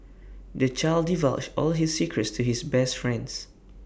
the child divulged all his secrets to his best friends